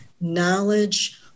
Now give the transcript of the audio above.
knowledge